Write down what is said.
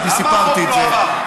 אני סיפרתי את זה.